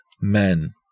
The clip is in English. men